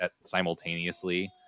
simultaneously